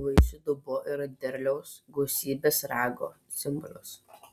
vaisių dubuo yra derliaus gausybės rago simbolis